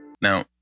Now